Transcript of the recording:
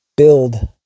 Build